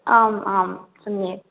आम् आं सम्यक्